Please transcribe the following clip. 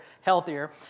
healthier